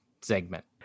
segment